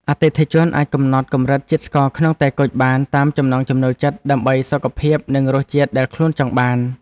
អតិថិជនអាចកំណត់កម្រិតជាតិស្ករក្នុងតែគុជបានតាមចំណង់ចំណូលចិត្តដើម្បីសុខភាពនិងរសជាតិដែលខ្លួនចង់បាន។